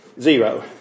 Zero